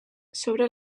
sobre